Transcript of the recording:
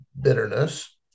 bitterness